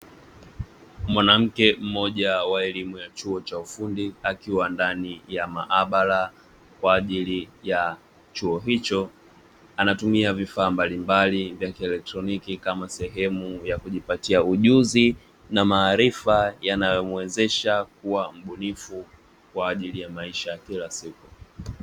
Mwanamke mmoja wa elimu ya chuo cha ufundi akiwa ndani ya maabara kwa ajili ya chuo hicho. Anatumia vifaa mbalimbali vya kielektroniki kama sehemu ya kujipatia ujuzi na maarifa yanayomwezesha kuwa mbunifu kwa ajili ya maisha ya kila siku.